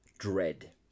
Dread